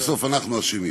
בסוף אנחנו אשמים.